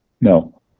No